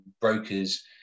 brokers